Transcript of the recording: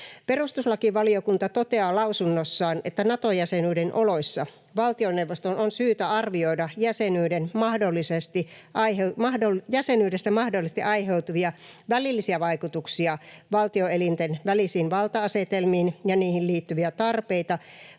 Perustuslakivaliokunta toteaa lausunnossaan, että Nato-jäsenyyden oloissa valtioneuvoston on syytä arvioida jäsenyydestä mahdollisesti aiheutuvia välillisiä vaikutuksia valtioelinten välisiin valta-asetelmiin ja niihin liittyviä tarpeita vahvistaa